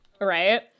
Right